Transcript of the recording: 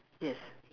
yes